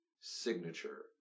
signature